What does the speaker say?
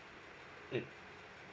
mm